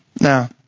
Now